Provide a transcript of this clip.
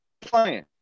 playing